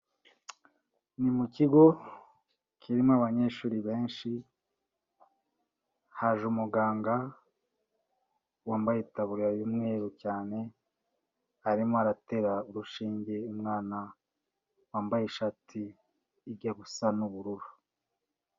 Ni mu kigo kirimo abanyeshuri benshi, haje umuganga wambaye itaburiya y'umweru cyane, arimo aratera urushinge umwana wambaye ishati ijya gusa n'ubururu.